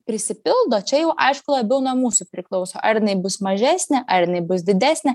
prisipildo čia jau aišku labiau nuo mūsų priklauso ar jinai bus mažesnė ar jinai bus didesnė